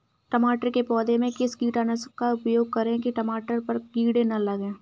टमाटर के पौधे में किस कीटनाशक का उपयोग करें कि टमाटर पर कीड़े न लगें?